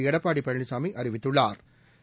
எடப்பாடி பழனிசாமி அறிவித்துள்ளாா்